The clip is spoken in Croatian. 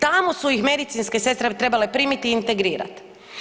Tamo su ih medicinske sestre trebale primiti i integrirati.